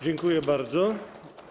Dziękuję bardzo.